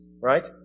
Right